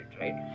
right